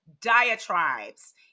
diatribes